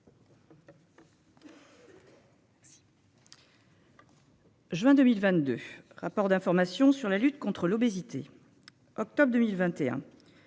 Juin 2022 rapport d'information sur la lutte contre l'obésité. Octobre 2021.